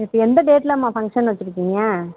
இப்போ எந்த டேட்டில் அம்மா ஃபங்ஷன் வெச்சுருக்கீங்க